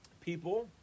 people